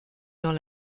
dans